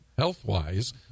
Health-wise